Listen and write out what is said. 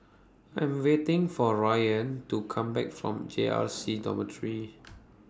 I Am waiting For Ryann to Come Back from J R C Dormitory